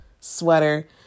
sweater